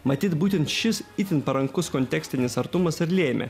matyt būtent šis itin parankus kontekstinis artumas ir lėmė